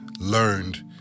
learned